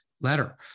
letter